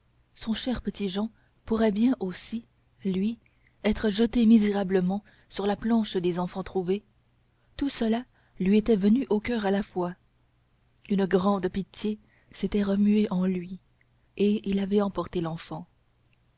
son cher petit jehan pourrait bien aussi lui être jeté misérablement sur la planche des enfants-trouvés tout cela lui était venu au coeur à la fois une grande pitié s'était remuée en lui et il avait emporté l'enfant